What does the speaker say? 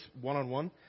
one-on-one